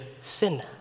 sin